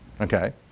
Okay